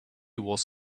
was